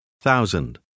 thousand